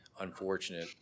unfortunate